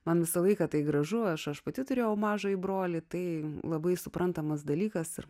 man visą laiką tai gražu aš pati turėjau mažąjį brolį tai labai suprantamas dalykas ir